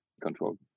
control